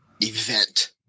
event